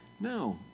No